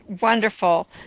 wonderful